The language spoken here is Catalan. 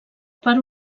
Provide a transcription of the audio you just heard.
part